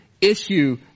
issue